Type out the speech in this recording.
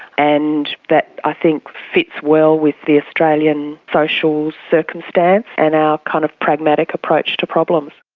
and that, i think, fits well with the australian social circumstance and our kind of pragmatic approach to problems.